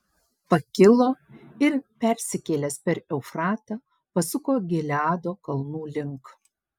pakilo ir persikėlęs per eufratą pasuko gileado kalnų link